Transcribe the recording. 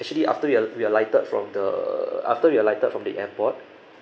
actually after we we alighted from the after we alighted from the airport